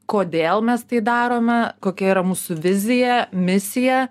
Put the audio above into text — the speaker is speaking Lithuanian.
kodėl mes tai darome kokia yra mūsų vizija misija